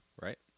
right